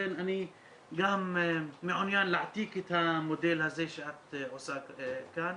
לכן אני גם מעוניין להעתיק את המודל הזה שאת עושה כאן.